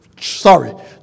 sorry